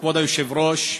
כבוד היושב-ראש,